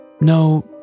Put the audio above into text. No